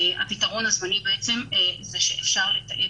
הפתרון הזמני בעצם הוא שאפשר לתעד